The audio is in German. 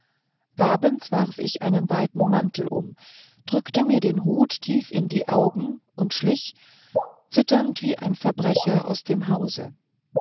abends spät warf ich einen weiten mantel um drückte mir den hut tief in die augen und schlich zitternd wie ein verbrecher aus dem hause